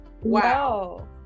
wow